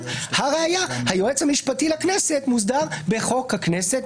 הראיה היועץ המשפטי לכנסת מוסדר בחוק הכנסת,